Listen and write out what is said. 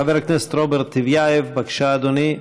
חבר הכנסת רוברט טיבייב, בבקשה, אדוני.